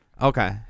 Okay